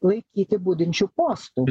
laikyti budinčių postų